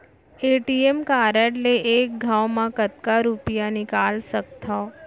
ATM card ले एक घव म कतका रुपिया निकाल सकथव?